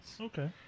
Okay